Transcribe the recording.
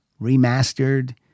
remastered